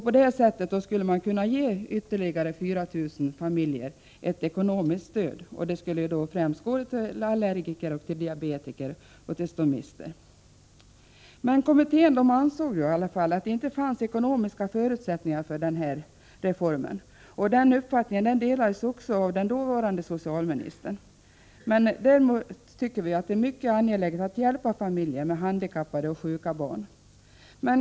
På det sättet skulle man kunna ge ytterligare 4 000 familjer ett ekonomiskt stöd. Detta skulle främst gå till allergiker, diabetiker och stomister. Kommittén ansåg emellertid att det inte fanns ekonomiska förutsättningar för denna reform. Den uppfattningen delades också av den dåvarande socialministern. Vi tycker att det är mycket angeläget att hjälpa familjer med handikappade och sjuka barn.